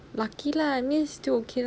lucky lah I mean still okay lah